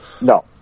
No